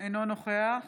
אינו נוכח